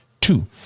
two